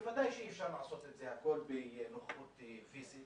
בוודאי שאי אפשר לעשות הכול בנוכחות פיסית